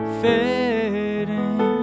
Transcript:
fading